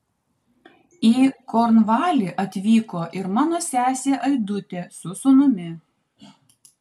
į kornvalį atvyko ir mano sesė aidutė su sūnumi